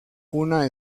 una